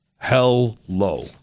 Hello